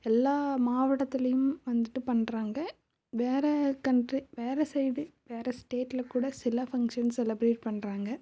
எல்லா மாவட்டத்திலையும் வந்துட்டு பண்ணுறாங்க வேறு கன்ட்ரி வேறு சைடு வேறு ஸ்டேட்டில் கூட சில ஃபங்க்ஷன்ஸ் செலப்ரேட் பண்ணுறாங்க